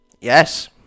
Yes